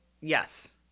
yes